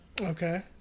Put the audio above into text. Okay